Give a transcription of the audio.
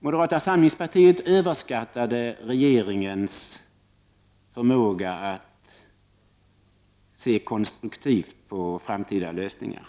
Moderata samlingspartiet överskattade dock regeringens förmåga att se konstruktivt på framtida lösningar.